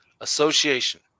Association